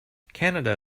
canada